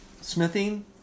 smithing